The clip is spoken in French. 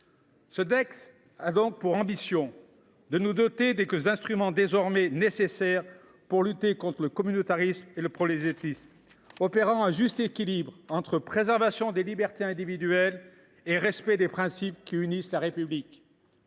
traduit donc l’ambition de nous doter des instruments désormais nécessaires pour lutter contre le communautarisme et le prosélytisme, opérant un juste équilibre entre préservation des libertés individuelles et respect des principes qui unissent la République.